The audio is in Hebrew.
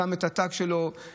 שם את התג שלו,